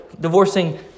divorcing